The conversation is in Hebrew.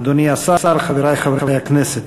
אדוני השר, חברי חברי הכנסת,